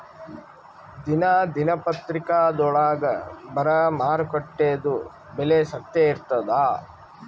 ದಿನಾ ದಿನಪತ್ರಿಕಾದೊಳಾಗ ಬರಾ ಮಾರುಕಟ್ಟೆದು ಬೆಲೆ ಸತ್ಯ ಇರ್ತಾದಾ?